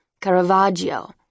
Caravaggio